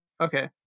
Okay